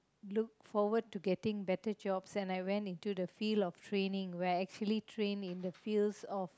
looked forward to getting better jobs and I went into the field of training where I actually trained in the fields of